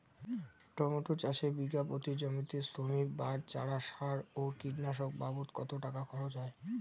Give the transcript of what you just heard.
Tomato চাষে বিঘা প্রতি জমিতে শ্রমিক, বাঁশ, চারা, সার ও কীটনাশক বাবদ কত টাকা খরচ হয়?